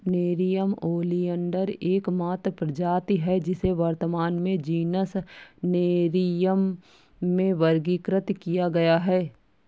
nerium oleander एकमात्र प्रजाति है जिसे वर्तमान में जीनस नेरियम में वर्गीकृत किया गया है